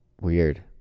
weird